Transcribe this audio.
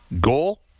Goal